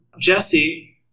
Jesse